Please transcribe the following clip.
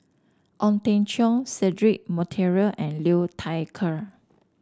Ong Teng Cheong Cedric Monteiro and Liu Thai Ker